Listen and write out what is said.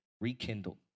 rekindled